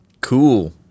Cool